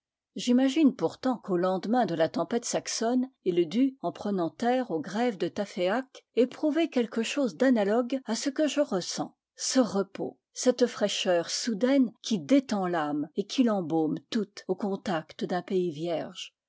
j'imagine pourtant qu'au lendemain de la tempête saxonne il dut en prenant terre aux grèves de taféak éprouver quelque chose d'analogue à ce que je res sens ce repos cette fraîcheur soudaine qui détend l'âme et qui l'embaume toute au contact d'un pays vierge